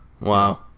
wow